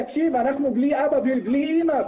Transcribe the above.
תקשיב, אנחנו בלי אבא, בלי אמא.